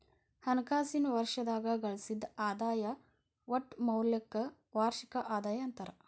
ಹಣಕಾಸಿನ್ ವರ್ಷದಾಗ ಗಳಿಸಿದ್ ಆದಾಯದ್ ಒಟ್ಟ ಮೌಲ್ಯಕ್ಕ ವಾರ್ಷಿಕ ಆದಾಯ ಅಂತಾರ